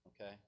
okay